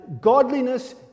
godliness